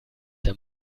der